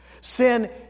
Sin